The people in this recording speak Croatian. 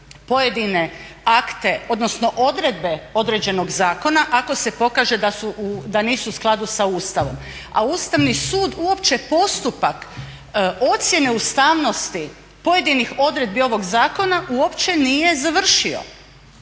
pojedine akte, odnosno odredbe određenog zakona ako se pokaže da nisu u skladu sa Ustavom. A Ustavni sud uopće postupak ocjene ustavnosti pojedinih odredbi ovog zakona uopće nije završio